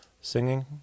Singing